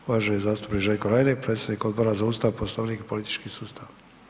Uvaženi zastupnik Željko Reiner, predsjednik Odbora za Ustav, Poslovnik i politički sustav.